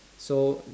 so